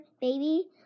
baby